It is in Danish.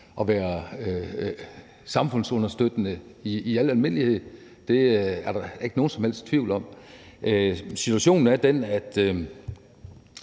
at være samfundsunderstøttende i al almindelighed; det er der ikke nogen som helst tvivl om. Situationen er den, at